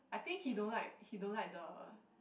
I think he don't like he don't like the